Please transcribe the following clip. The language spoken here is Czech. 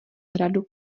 hradu